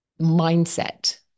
mindset